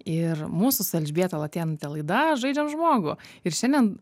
ir mūsų su elžbieta latėnaite laida žaidžiam žmogų ir šiandien